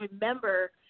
remember –